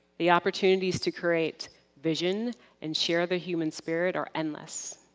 the opportunities to create vision and share the human spirit are endless.